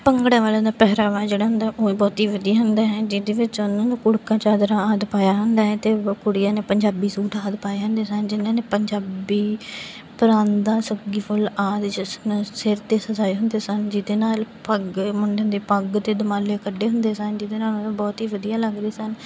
ਭੰਗੜੇ ਵਾਲਿਆਂ ਦਾ ਪਹਿਰਾਵਾ ਜਿਹੜਾ ਹੁੰਦਾ ਉਹ ਬਹੁਤ ਹੀ ਵਧੀਆ ਹੁੰਦਾ ਹੈ ਜਿਹਦੇ ਵਿੱਚ ਉਹਨਾਂ ਨੂੰ ਕੁੜਤਾ ਚਾਦਰਾ ਆਦਿ ਪਾਇਆ ਹੁੰਦਾ ਹੈ ਅਤੇ ਕੁੜੀਆਂ ਨੇ ਪੰਜਾਬੀ ਸੂਟ ਆਦਿ ਪਾਏ ਹੁੰਦੇ ਸਨ ਜਿਹਨਾਂ ਨੇ ਪੰਜਾਬੀ ਪ੍ਰਾਂਦਾ ਸੱਗੀ ਫੁੱਲ ਆਦਿ ਜਿਸ ਤਰ੍ਹਾਂ ਸਿਰ 'ਤੇ ਸਜਾਏ ਹੁੰਦੇ ਸਨ ਜਿਹਦੇ ਨਾਲ ਪੱਗ ਮੁੰਡੇ ਦੇ ਪੱਗ 'ਤੇ ਦਮਾਲੇ ਕੱਢੇ ਹੁੰਦੇ ਸਨ ਜਿਹਦੇ ਨਾਲ ਉਹ ਬਹੁਤ ਹੀ ਵਧੀਆ ਲੱਗਦੇ ਸਨ